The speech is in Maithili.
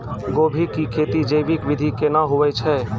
गोभी की खेती जैविक विधि केना हुए छ?